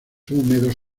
húmedos